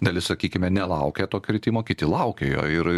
dalis sakykime nelaukia to kritimo kiti laukia jo ir